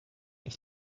ich